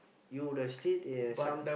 you would have eh some